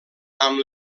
amb